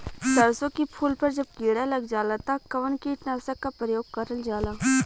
सरसो के फूल पर जब किड़ा लग जाला त कवन कीटनाशक क प्रयोग करल जाला?